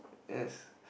yes